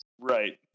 Right